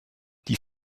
die